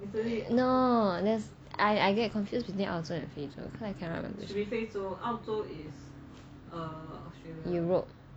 no that's I I get confused between 澳洲 and 非洲 cause I cannot remember europe